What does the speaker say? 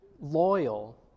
loyal